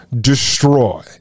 destroy